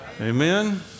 Amen